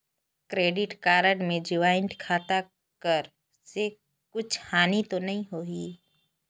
Credit card मे joint खाता कर से कुछ हानि तो नइ होही?